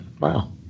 Wow